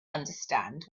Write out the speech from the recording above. understand